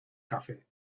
cafe